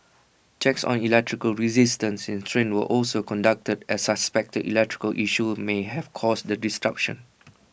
checks on electrical resistance in trains were also conducted as suspected electrical issue may have caused the disruption